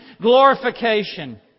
glorification